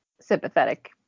sympathetic